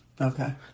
Okay